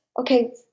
Okay